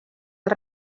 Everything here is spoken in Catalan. els